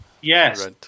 Yes